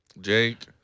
Jake